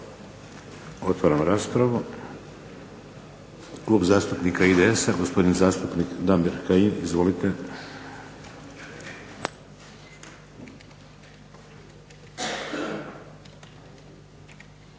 Otvaram raspravu. Klub zastupnika IDS-a gospodin zastupnik Damir Kajin. Izvolite.